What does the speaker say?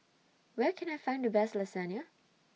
Where Can I Find The Best Lasagne